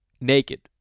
Naked